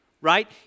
right